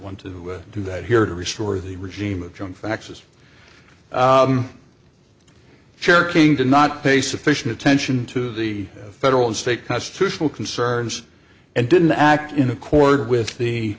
want to do that here to restore the regime of junk faxes shirking to not pay sufficient attention to the federal and state constitutional concerns and didn't act in accord with the